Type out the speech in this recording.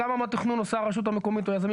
כמה מהתכנון עושה הרשות המקומית או יזמים